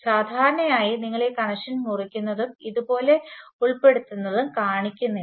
സാധാരണയായി നിങ്ങൾ ഈ കണക്ഷൻ മുറിക്കുന്നതും ഇതുപോലെ ഉൾപ്പെടുത്തുന്നതും കാണിക്കുന്നില്ല